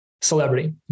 celebrity